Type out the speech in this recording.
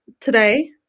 today